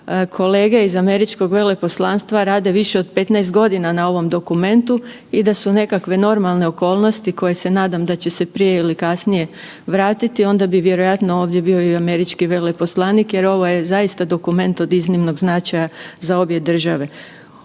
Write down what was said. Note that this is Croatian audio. Kolege iz Američkog veleposlanstva rade više od 15 godina na ovom dokumentu i da su nekakve normalne okolnosti koje se nadam da će se prije ili kasnije vratiti onda bi vjerojatno ovdje bio i američki veleposlanik jer ovo je zaista dokument od iznimnog značaja za obe države.